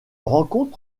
rencontre